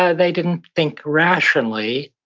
ah they didn't think rationally,